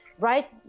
Right